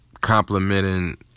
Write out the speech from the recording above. complimenting